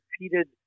repeated